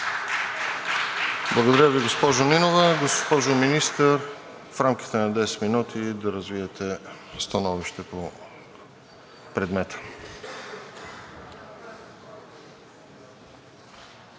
Благодаря Ви, госпожо Нинова. Госпожо Министър, в рамките на 10 минути да развиете становище по предмета.